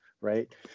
Right